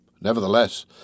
Nevertheless